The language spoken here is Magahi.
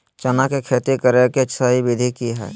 चना के खेती करे के सही विधि की हय?